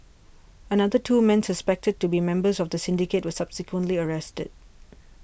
another two men suspected to be members of the syndicate were subsequently arrested